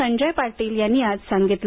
संजय पाटील यांनी आज सांगितलं